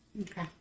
Okay